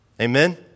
Amen